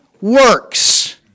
works